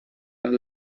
that